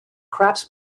crafts